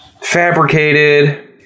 fabricated